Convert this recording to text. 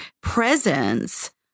presence